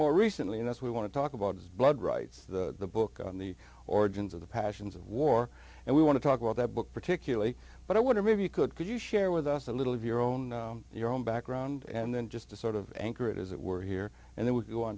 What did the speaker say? more recently in this we want to talk about his blood rights the book on the origins of the passions of war and we want to talk about the book particularly but i wonder if you could could you share with us a little of your own your own background and then just to sort of anchor it as it were here and